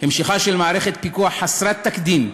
המשכה של מערכת פיקוח חסרת תקדים,